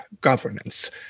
governance